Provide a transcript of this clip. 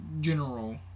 general